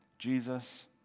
Jesus